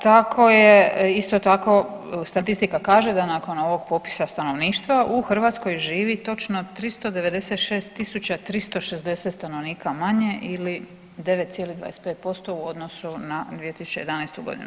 Tako je, isto tako statistika kaže da nakon ovog popisa stanovništva u Hrvatskoj živi točno 396.360 stanovnika manje ili 9,25% u odnosu na 2011. godinu.